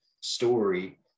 story